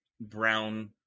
brown